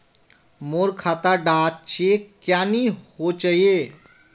मोर खाता डा चेक क्यानी होचए?